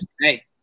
Hey